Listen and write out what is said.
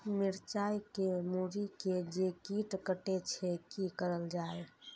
मिरचाय के मुरी के जे कीट कटे छे की करल जाय?